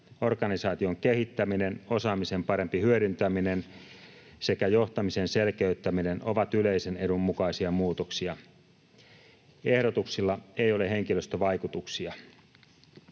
Organisaation kehittäminen, osaamisen parempi hyödyntäminen sekä johtamisen selkeyttäminen ovat yleisen edun mukaisia muutoksia. Ehdotuksilla ei ole henkilöstövaikutuksia.